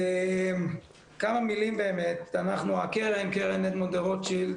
אנחנו, קרן אדמונד דה-רוטשילד